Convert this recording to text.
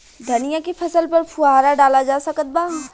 धनिया के फसल पर फुहारा डाला जा सकत बा?